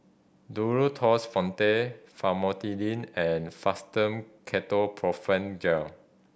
Duro Tuss Fonte Famotidine and Fastum Ketoprofen Gel